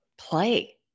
Play